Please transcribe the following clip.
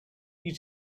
you